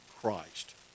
Christ